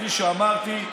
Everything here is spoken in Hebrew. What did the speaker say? כפי שאמרתי,